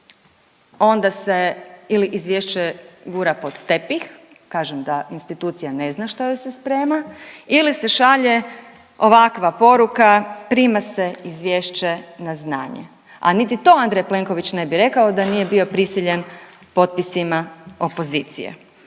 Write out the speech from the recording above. Onda se ili izvješće gura pod tepih kažem da institucija ne zna što joj se sprema ili se šalje ovakva poruka prima se izvješće na znanje, a niti to Andrej Plenković ne bi rekao da nije bio prisiljen potpisima opozicije.